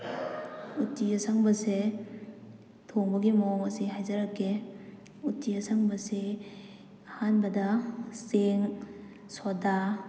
ꯎꯇꯤ ꯑꯁꯪꯕꯁꯦ ꯊꯣꯡꯕꯒꯤ ꯃꯑꯣꯡ ꯑꯁꯦ ꯍꯥꯏꯖꯔꯛꯀꯦ ꯎꯇꯤ ꯑꯁꯪꯕꯁꯦ ꯑꯍꯥꯟꯕꯗ ꯆꯦꯡ ꯁꯣꯗꯥ